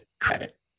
credit